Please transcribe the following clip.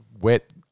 wet